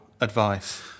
advice